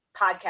podcast